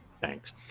Thanks